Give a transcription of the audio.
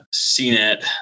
CNET